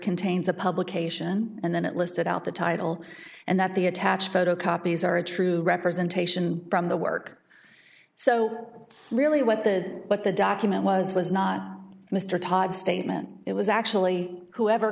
contains a publication and then it listed out the title and that the attached photocopies are a true representation from the work so really what the what the document was was not mr todd statement it was actually whoever